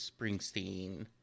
Springsteen